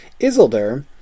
Isildur